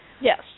Yes